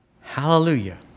Hallelujah